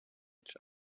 each